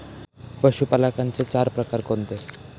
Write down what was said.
पशुपालनाचे चार प्रकार कोणते?